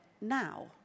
now